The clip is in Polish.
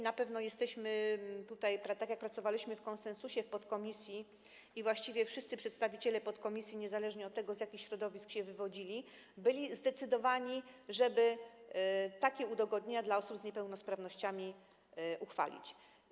Na pewno jesteśmy tutaj zdecydowani, tak jak pracowaliśmy w konsensusie w podkomisji, gdzie właściwie wszyscy przedstawiciele podkomisji niezależnie od tego, z jakich środowisk się wywodzili, byli zdecydowani, żeby takie udogodnienia dla osób z niepełnosprawnościami uchwalić.